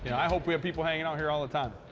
and i hope we have people hanging out here all the time.